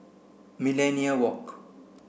Millenia Walk